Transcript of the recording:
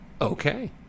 okay